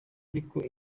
ariko